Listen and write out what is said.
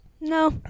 No